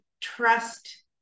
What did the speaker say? trust